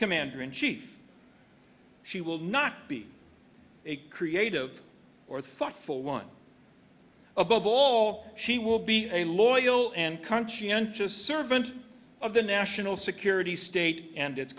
commander in chief she will not be a creative or thoughtful one above all she will be a loyal and conscientious servant of the national security state and it